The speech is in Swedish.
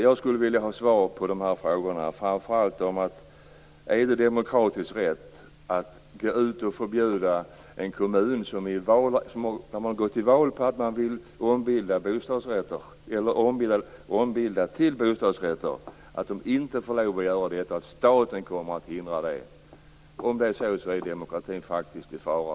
Jag skulle vilja ha svar på dessa frågor, och framför allt på denna: Är det demokratiskt rätt att förbjuda en kommun, som har gått till val på att man vill ombilda hyresrätter till bostadsrätter, att göra detta? Kommer staten att förhindra det? Om det är så, är demokratin faktiskt i fara.